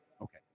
okay